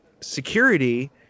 security